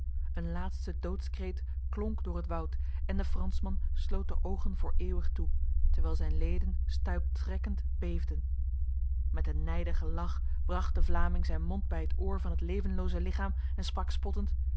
een laatste doodskreet klonk door het woud en de fransman sloot de ogen voor eeuwig toe terwijl zijn leden stuiptrekkend beefden met een nijdige lach bracht de vlaming zijn mond bij het oor van het levenloze lichaam en sprak spottend